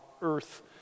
earth